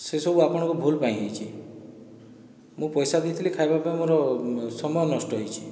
ସେସବୁ ଆପଣଙ୍କ ଭୁଲ ପାଇଁ ହେଇଛି ମୁଁ ପଇସା ଦେଇଥିଲି ଖାଇବା ପାଇଁ ମୋର ସମୟ ନଷ୍ଟ ହେଇଛି